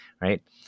right